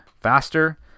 faster